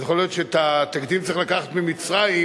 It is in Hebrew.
אז יכול להיות שאת התקדים צריך לקחת ממצרים,